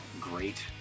great